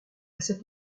cette